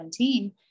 2017